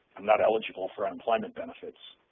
i'm not eligible for unemployment benefits.